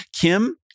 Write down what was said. Kim